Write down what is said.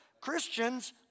Christians